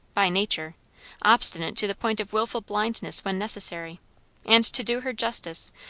by nature obstinate to the point of wilful blindness when necessary and to do her justice,